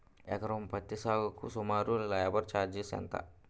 ఎకరం పత్తి సాగుకు సుమారు లేబర్ ఛార్జ్ ఎంత?